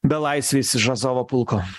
belaisviais iš azovo pulko